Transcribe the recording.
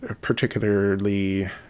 particularly